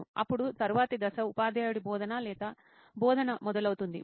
అప్పుడు తరువాతి దశ ఉపాధ్యాయుడి బోధన లేదా బోధన మొదలవుతుంది మరియు